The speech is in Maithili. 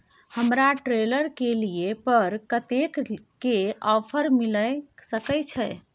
हमरा ट्रेलर के लिए पर कतेक के ऑफर मिलय सके छै?